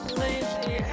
lazy